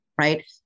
right